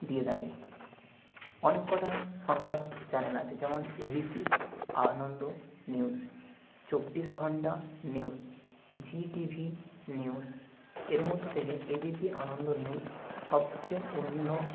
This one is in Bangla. দিয়ে থাকে অনেক কটা সংবাদ চ্যানেল আছে যেমন এবিপি আনন্দ নিউজ চব্বিশ ঘণ্টা নিউজ জি টিভি নিউজ এর মধ্য থেকে এবিপি আনন্দ নিউজ সবচেয়ে উন্নত